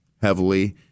heavily